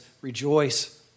Rejoice